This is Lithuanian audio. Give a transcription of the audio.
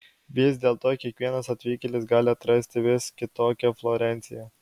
vis dėlto kiekvienas atvykėlis gali atrasti vis kitokią florenciją